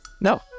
no